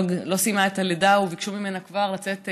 לא סיימה את הלידה וכבר ביקשו ממנה לצאת,